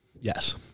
Yes